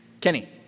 Kenny